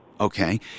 Okay